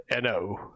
no